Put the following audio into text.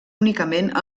únicament